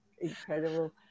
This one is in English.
incredible